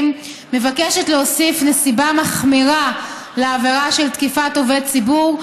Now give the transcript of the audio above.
מבקשת להוסיף נסיבה מחמירה לעבירה של תקיפת עובד ציבור,